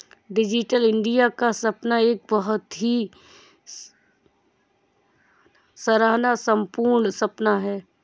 digital India का सपना एक बहुत ही सराहना पूर्ण सपना है